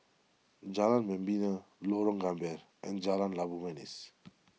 Jalan Membina Lorong Gambir and Jalan Labu Manis